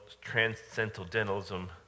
transcendentalism